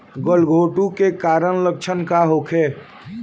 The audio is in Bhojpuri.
गलघोंटु के कारण लक्षण का होखे?